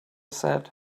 said